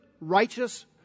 righteous